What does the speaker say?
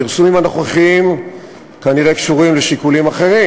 הפרסומים הנוכחיים כנראה קשורים לשיקולים אחרים,